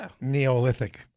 Neolithic